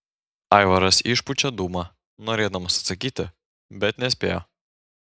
aivaras išpučia dūmą norėdamas atsakyti bet nespėja